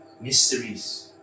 mysteries